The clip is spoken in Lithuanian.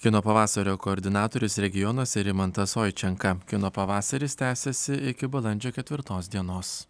kino pavasario koordinatorius regionuose rimantas oičenka kino pavasaris tęsiasi iki balandžio ketvirtos dienos